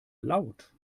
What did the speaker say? laut